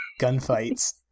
gunfights